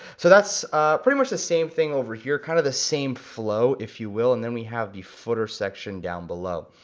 so that's pretty much the same thing over here, kinda kind of the same flow, if you will, and then we have the footer section down below.